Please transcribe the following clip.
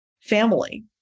family